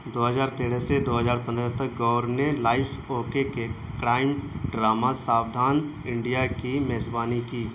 دو ہرار تیرہ سے دو ہزار پندرہ تک گور نے لائف اوکے کے کڑائم ڈرامہ ساودھان انڈیا کی میزبانی کی